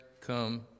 come